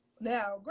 now